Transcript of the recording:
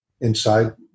inside